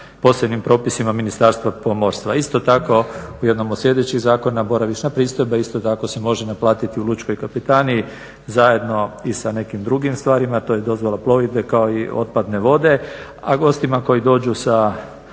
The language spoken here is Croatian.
posebnim propisima Ministarstva pomorstva. Isto tako u jednom od sljedećih zakona boravišna pristojba isto tako se može naplatiti u lučkoj kapetaniji zajedno i sa nekim drugim stvarima, to je dozvola plovidbe kao i otpadne vode. A gostima koji dođu sa